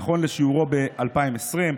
נכון לשיעורו ב-2020.